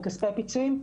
וכספי פיצויים.